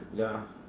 ya